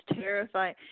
terrifying